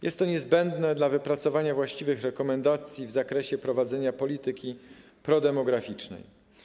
Jest to niezbędne dla wypracowania właściwych rekomendacji w zakresie prowadzenia polityki prodemograficznej.